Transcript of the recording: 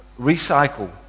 Recycle